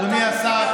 אדוני השר,